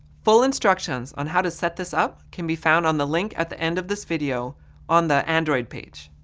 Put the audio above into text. full instructions on how to set this up can be found on the link at the end of this video on the android page.